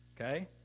Okay